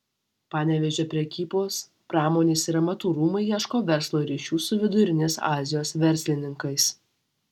panevėžio prekybos pramonės ir amatų rūmai ieško verslo ryšių su vidurinės azijos verslininkais